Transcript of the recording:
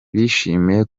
bishimiye